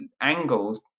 angles